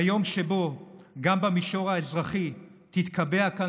ביום שבו גם במישור האזרחי תתקבע כאן